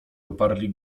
oparli